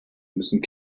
müssen